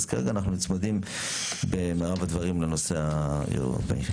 כרגע אנחנו צמודים במרב הדברים לנושא האירופאי.